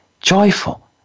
joyful